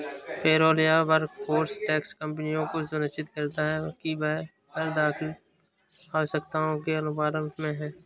payroll या workforce tax कंपनियों को सुनिश्चित करता है कि वह कर दाखिल आवश्यकताओं के अनुपालन में है